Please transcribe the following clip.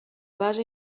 base